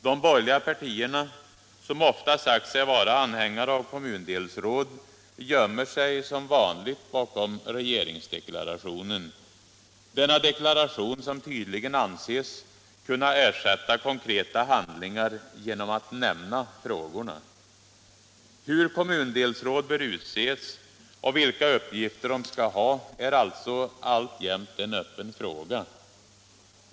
De borgerliga partierna, som ofta sagt sig vara anhängare av kommundelsråd, gömmer sig som vanligt bakom regeringsdeklarationen — denna deklaration som tydligen anses kunna ersätta konkreta handlingar genom att nämna frågorna! Hur kommundelsråd bör utses och vilka uppgifter de skall ha är alltså alltjämt en öppen fråga.